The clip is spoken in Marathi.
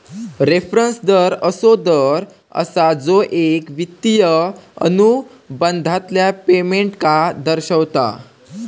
रेफरंस दर असो दर असा जो एक वित्तिय अनुबंधातल्या पेमेंटका दर्शवता